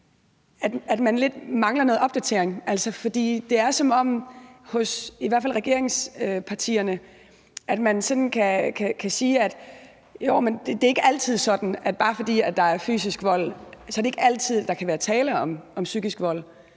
at man lidt mangler noget opdatering. For det er, som om man hos i hvert fald regeringspartierne sådan siger, at det ikke altid er sådan, at bare fordi der er fysisk vold, er der tale om psykisk vold.